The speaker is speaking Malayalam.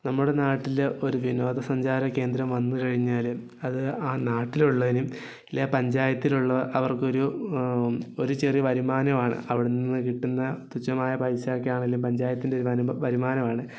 നമ്മുടെ നാട്ടിൽ ഒരു വിനോദസഞ്ചാര കേന്ദ്രം വന്നു കഴിഞ്ഞാൽ അത് ആ നാട്ടിലുള്ളതിനും ഇല്ലെങ്കിൽ പഞ്ചായത്തിലുള്ള അവർക്ക് ഒരു ഒരു ചെറിയ വരുമാനമാണ് അവിടെ നിന്ന് കിട്ടുന്ന തുച്ഛമായ പൈസ ഒക്കെ ആണേലും പഞ്ചായത്തിൻ്റെ വരുമാനമാണ്